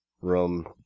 room